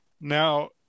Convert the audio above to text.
Now